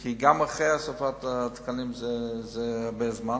כי גם אחרי הוספת התקנים זה הרבה זמן,